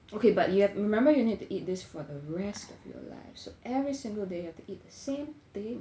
okay but you have remember you need to eat this for the rest of your life so every single day you have to eat the same thing